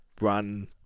run